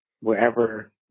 wherever